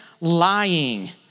lying